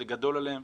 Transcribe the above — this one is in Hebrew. זה גדול עליהן.